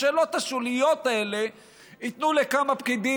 בשאלות השוליות האלה ייתנו לכמה פקידים